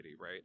right